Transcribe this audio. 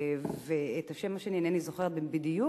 ואת השם השני אינני זוכרת בדיוק,